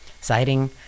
Citing